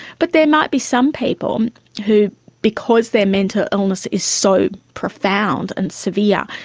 but there might be some people who because their mental illness is so profound and severe,